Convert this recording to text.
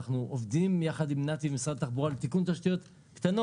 אנחנו עובדים יחד עם נת"י ממשרד התחבורה על תיקון תשתיות קטנות,